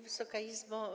Wysoka Izbo!